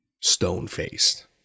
stone-faced